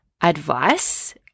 advice